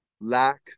lack